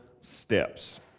steps